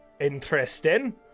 Interesting